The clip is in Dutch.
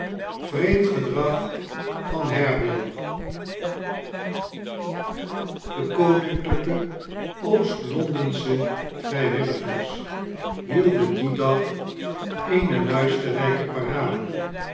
vreemd gedrag van haredale de koninklijke oost londensche vrijwilligers hielden dien dag ene luisterrijke parade